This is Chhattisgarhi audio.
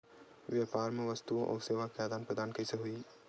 व्यापार मा वस्तुओ अउ सेवा के आदान प्रदान कइसे होही?